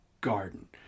garden